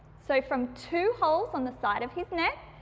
so from two holes on the side of his neck,